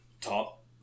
Top